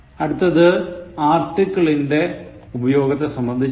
അടുത്തത് ആർട്ടിക്കിളിന്റെ ഉപയോഗത്തെ സംബന്ധിച്ചുള്ളതാണ്